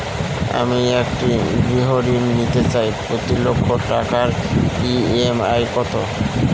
আমি একটি গৃহঋণ নিতে চাই প্রতি লক্ষ টাকার ই.এম.আই কত?